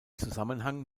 zusammenhang